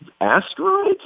asteroids